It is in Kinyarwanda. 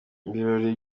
ibirori